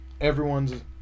everyone's